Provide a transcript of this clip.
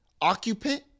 occupant